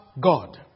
God